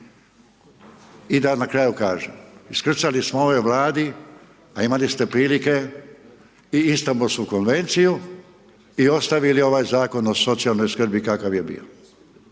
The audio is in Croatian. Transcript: I da na kraju kažem, iskrcali smo ovoj Vladi, a imali ste prilike i Istambulsku Konvenciju i ostavili ovaj Zakon o socijalnoj skrbi kakav je bio.